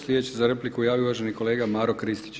Sljedeći se za repliku javio uvaženi kolega Maro Kristić.